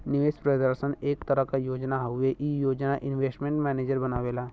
निवेश प्रदर्शन एक तरह क योजना हउवे ई योजना इन्वेस्टमेंट मैनेजर बनावेला